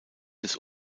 des